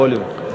הווליום.